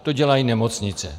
To dělají nemocnice.